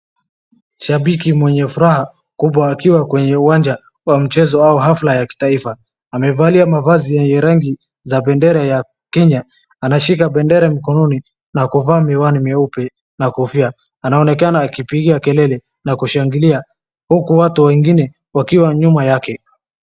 Shabiki mwenye furaha kubwa akiwa kwenye uwanja wa mchezo au hafla ya kitaifa. Amevalia mavazi yenye rangi za bendera ya Kenya, anashika bendera mkononi na kuvaa miwani meupe na kofia. Anaonekana akipiga kelele na kushangilia huku watu wengine wakiwa nyuma yake.